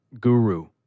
guru